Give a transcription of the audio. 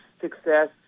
success